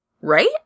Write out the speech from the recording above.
right